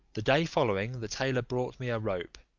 the day following the tailor brought me a rope.